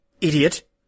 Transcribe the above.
idiot